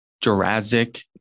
Jurassic